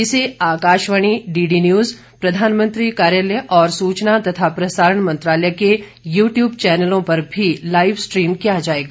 इसे Akashvani DD News प्रधानमंत्री कार्यालय और सूचना तथा प्रसारण मंत्रालय के यूटूब चैनलों पर भी लाइव स्ट्रीम किया जायेगा